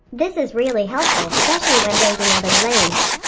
this is really helpful specially when ganking other lanes.